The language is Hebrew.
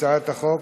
הצעות לסדר-היום: